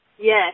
Yes